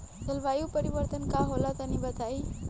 जलवायु परिवर्तन का होला तनी बताई?